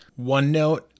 OneNote